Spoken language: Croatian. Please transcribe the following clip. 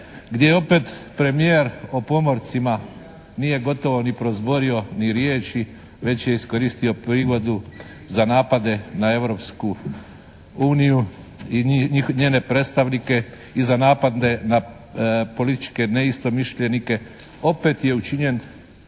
gdje je opet premijer o pomorcima nije gotovo ni prozborio ni riječi već je iskoristio prigodu za napade na Europsku uniju i njene predstavnike i za napade na političke neistomišljenike.